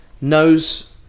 knows